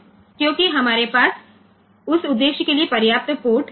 क्योंकि हमारे पास उस उद्देश्य के लिए पर्याप्त पोर्ट नहीं बचा है